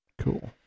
cool